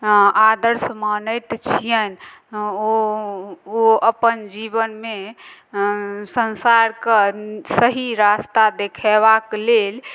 आदर्श मानैत छियनि ओ ओ अपन जीवनमे संसारके सही रास्ता देखेबाक लेल